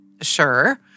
Sure